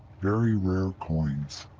very rare coins.